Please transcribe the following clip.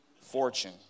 fortune